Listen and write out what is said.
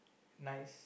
nice